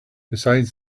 besides